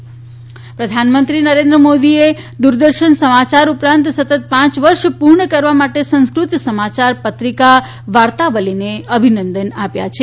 પ્રધાનમંત્રી વાર્તાવલી પ્રધાનમંત્રી નરેન્ત્ર મોદીએ દૂરદર્શન સમાચાર ઉપર સતત પાંચ વર્ષ પૂર્ણ કરવા માટે સંસ્કૃત સમાચાર પત્રિકા વાર્તાવલીને અભિનંદન આપ્યા છે